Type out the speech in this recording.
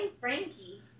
Frankie